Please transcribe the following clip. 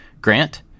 Grant